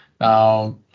Now